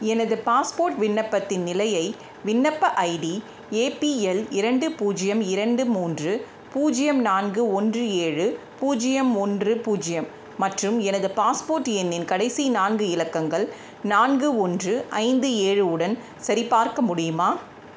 எனது பாஸ்போர்ட் விண்ணப்பத்தின் நிலையை விண்ணப்ப ஐடி ஏபிஎல் இரண்டு பூஜ்ஜியம் இரண்டு மூன்று பூஜ்ஜியம் நான்கு ஒன்று ஏழு பூஜ்ஜியம் ஒன்று பூஜ்ஜியம் மற்றும் எனது பாஸ்போர்ட் எண்ணின் கடைசி நான்கு இலக்கங்கள் நான்கு ஒன்று ஐந்து ஏழு உடன் சரிபார்க்க முடியுமா